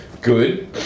Good